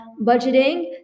budgeting